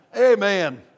Amen